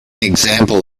example